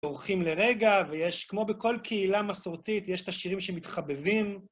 אורחים לרגע, ויש, כמו בכל קהילה מסורתית, יש את השירים שמתחבבים.